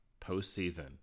postseason